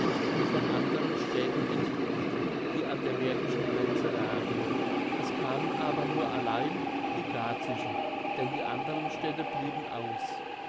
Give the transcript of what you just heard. und von anderen städten entbot die an der märkischen grenze lagen es kamen aber nur allein die garzischen denn die anderen städte blieben aus